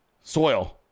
soil